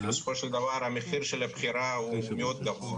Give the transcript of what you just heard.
בסופו של דבר, המחיר של הבחירה הוא גבוה מאוד.